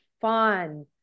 fun